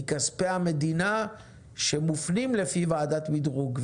היא כספי המדינה שמופנים לפי ועדת מדרוג.